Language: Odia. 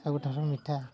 ସବୁଠାରୁ ମିଠା